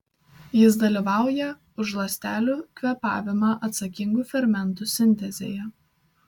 jis dalyvauja už ląstelių kvėpavimą atsakingų fermentų sintezėje